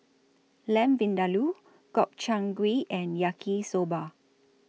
Lamb Vindaloo Gobchang Gui and Yaki Soba